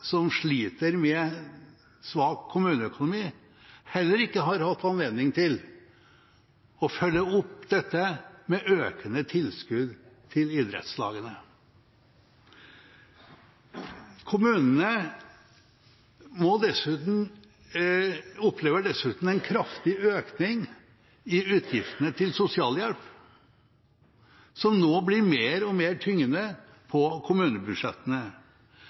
som sliter med svak kommuneøkonomi, heller ikke har hatt anledning til å følge opp dette med økende tilskudd til idrettslagene. Kommunene opplever dessuten en kraftig økning i utgiftene til sosialhjelp, som nå blir mer og mer tyngende på kommunebudsjettene.